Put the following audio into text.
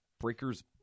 breaker's